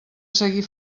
seguir